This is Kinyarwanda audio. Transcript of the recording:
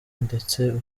ndetse